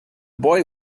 boy